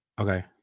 Okay